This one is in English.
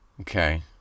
Okay